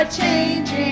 changing